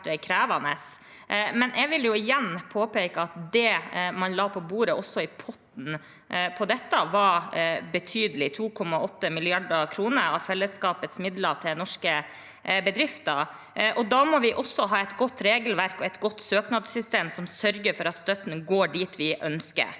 men jeg vil igjen påpeke at det man la på bordet, også i potten til dette, var betydelig: 2,8 mrd. kr av fellesskapets midler til norske bedrifter. Da må vi ha et godt regelverk og et godt søknadssystem som sørger for at støtten går dit vi ønsker,